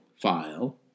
file